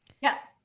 Yes